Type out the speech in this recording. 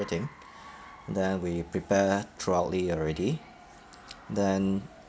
then we prepare thoroughly already then